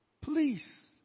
please